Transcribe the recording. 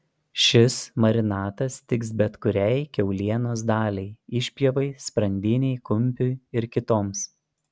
šis marinatas tiks bet kuriai kiaulienos daliai išpjovai sprandinei kumpiui ir kitoms